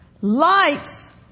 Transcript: Lights